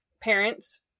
parents